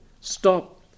Stop